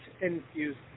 infused